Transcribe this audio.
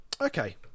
Okay